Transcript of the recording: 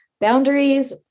boundaries